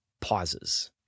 pauses